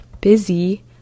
busy